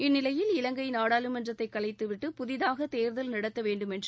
இந்நிலையில் இலங்கை நாடாளுமன்றத்தை கலைத்துவிட்டு புதிதாக தேர்தல் நடத்த வேண்டுமென்று